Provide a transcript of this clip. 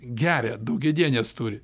geria daugiadienes turi